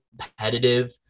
competitive